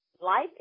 life